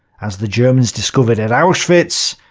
as the germans discovered at auschwitz,